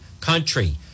country